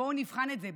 בואו נבחן את זה,